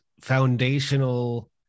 foundational